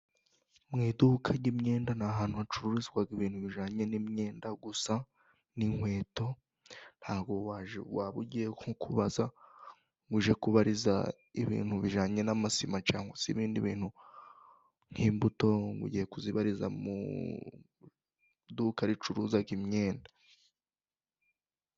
Mu iduka ry'imyenda ni ahantu hacururizwa ibintu bijyanye n'imyenda gusa n'inkweto ntabwo waba ugiye kubaza ibintu bijyanye n'amasima cyangwa se ibindi bintu nk'imbuto ngugiye kuzibariza mu iduka ricuruza imyenda.